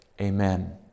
amen